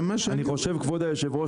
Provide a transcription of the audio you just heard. כבוד היו"ר,